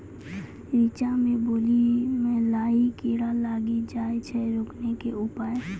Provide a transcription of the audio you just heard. रिचा मे बाली मैं लाही कीड़ा लागी जाए छै रोकने के उपाय?